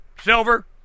Silver